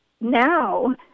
now